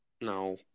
No